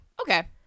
Okay